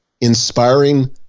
inspiring